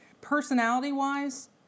personality-wise